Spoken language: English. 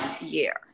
year